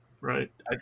Right